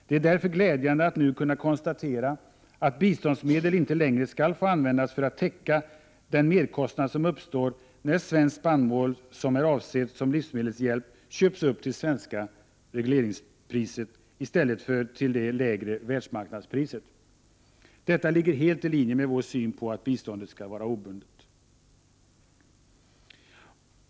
Det är därför glädjande att nu kunna konstatera att biståndsmedel inte längre skall få användas för att täcka den merkostnad som uppstår när svenskt spannmål som är avsett som livsmedelshjälp köps upp till svenska regleringspriser i stället för till det lägre världsmarknadspriset. Detta ligger helt i linje med vår syn på att biståndet skall vara obundet.